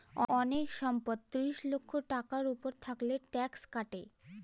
অনেক সম্পদ ত্রিশ লক্ষ টাকার উপর থাকলে ট্যাক্স কাটে